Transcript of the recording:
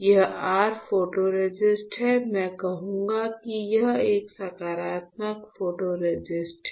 यह r photoresist है मैं कहूंगा कि यह एक सकारात्मक फोटोरेसिस्ट है